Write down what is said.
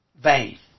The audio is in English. vain